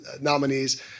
nominees